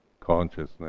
consciousness